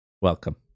welcome